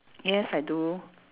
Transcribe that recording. yes I do